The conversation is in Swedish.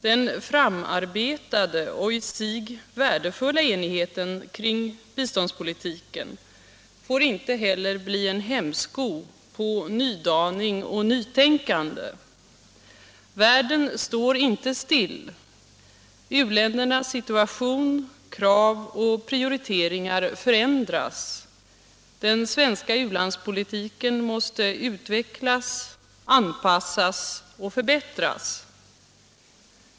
Den framarbetade och i sig värdefulla enigheten kring biståndspolitiken får inte heller bli en hämsko på nydaning och nytänkande. Världen står inte still. U-ländernas situation, krav och prioriteringar förändras. Den svenska u-landspolitiken måste utvecklas, anpassas och förbättras.